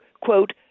quote